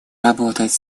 работать